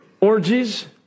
orgies